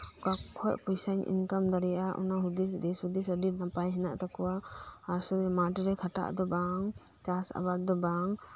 ᱚᱠᱟᱠᱷᱚᱡ ᱯᱚᱭᱥᱟᱧ ᱤᱱᱠᱟᱢ ᱫᱟᱲᱤᱭᱟᱜ ᱚᱱᱟ ᱦᱩᱫᱤᱥ ᱫᱤᱥᱦᱩᱫᱤᱥ ᱟᱹᱰᱤ ᱱᱟᱯᱟᱭ ᱦᱮᱱᱟᱜ ᱛᱟᱠᱩᱣᱟ ᱟᱥᱚᱞᱮ ᱢᱟᱴᱨᱮ ᱠᱷᱟᱴᱟᱜ ᱫᱚ ᱵᱟᱝ ᱪᱟᱥ ᱟᱵᱟᱫ ᱫᱚ ᱵᱟᱝ